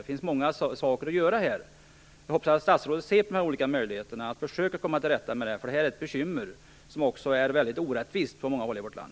Det finns mycket att göra. Jag hoppas att statsrådet ser på de olika möjligheterna att försöka komma till rätta med det här, för det är ett bekymmer. Det blir väldigt orättvist på många håll i vårt land.